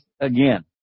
again